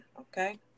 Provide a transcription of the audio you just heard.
okay